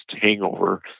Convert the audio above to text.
hangover